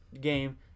game